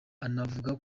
anavuga